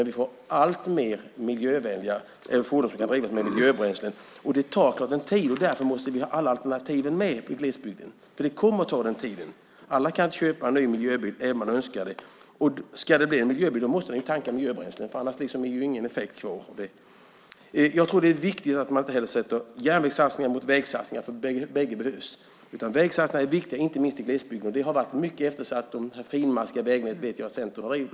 Vi får allt fler fordon som kan drivas med miljöbränslen. Det tar tid, därför måste vi ha alla alternativ i glesbygden. Det kommer att ta tid. Alla kan inte köpa en ny miljöbil, även om man skulle önska det. En miljöbil måste ju tanka miljöbränsle, annars blir det ingen effekt. Jag tror också att det är viktigt att man inte sätter järnvägssatsningar mot vägsatsningar. Bägge behövs. Vägsatsningar är viktiga, inte minst i glesbygd. Det finmaskiga vägnätet har varit mycket eftersatt.